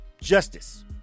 justice